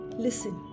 Listen